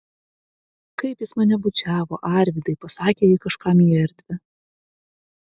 kaip jis mane bučiavo arvydai pasakė ji kažkam į erdvę